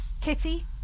Kitty